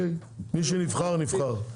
מי שנבחר נבחר.